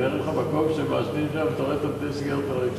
במקום שמעשנים, אתה רואה בדלי סיגריה על הרצפה.